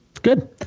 Good